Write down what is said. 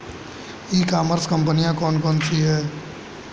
ई commerce कंपनियाँ कौन कौन सी हैं?